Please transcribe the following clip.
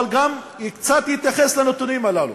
אבל גם קצת יתייחס לנתונים הללו.